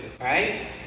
right